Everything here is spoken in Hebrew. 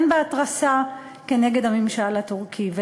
אין בה התרסה כנגד הממשל הטורקי.